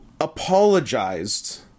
apologized